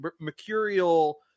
mercurial